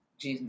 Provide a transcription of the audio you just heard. de